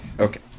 Okay